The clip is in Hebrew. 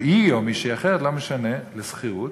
או היא או מישהי אחרת, לא משנה, לשכירות.